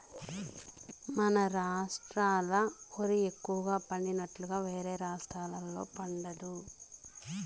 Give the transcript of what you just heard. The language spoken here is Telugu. మన రాష్ట్రాల ఓరి ఎక్కువగా పండినట్లుగా వేరే రాష్టాల్లో పండదు